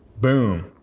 boom.